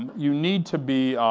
you need to be,